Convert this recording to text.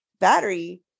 battery